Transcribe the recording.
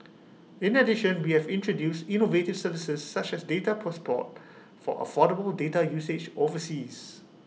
in addition we have introduced innovative services such as data passport for affordable data usage overseas